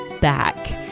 back